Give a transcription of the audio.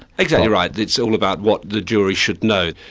exactly right. it's all about what the jury should know.